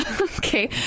Okay